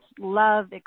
love